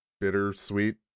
bittersweet